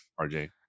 rj